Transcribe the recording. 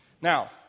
Now